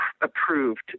approved